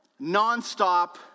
nonstop